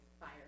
fire